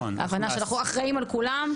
ההבנה שאנחנו אחראים על כולם,